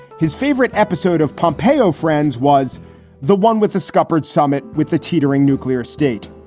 his favorite episode of pompeo friends was the one with the scuppered summit with the teetering nuclear state.